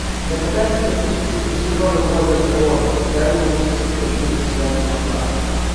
nepatenkintas jis vis nesiliovė uodęs orą stengdamasis atpažinti svetimą kvapą